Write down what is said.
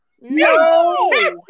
no